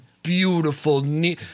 Beautiful